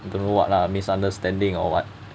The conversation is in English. don't know what lah misunderstanding or what